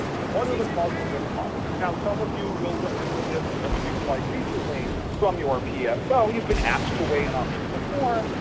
what are the causes of poverty? now some of you will remember this, some of you quite recently from your pso, ah so you've been asked to weigh in on this before,